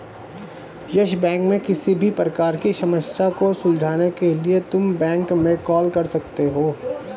yes Bank में किसी भी प्रकार की समस्या को सुलझाने के लिए तुम बैंक में कॉल कर सकते हो